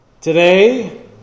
today